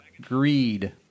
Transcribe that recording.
greed